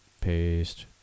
Paste